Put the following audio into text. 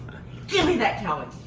gimme that toy,